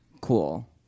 cool